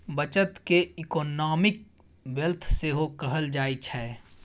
बचत केँ economic wealth सेहो कहल जाइ छै